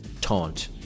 taunt